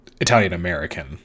Italian-American